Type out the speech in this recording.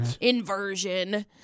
Inversion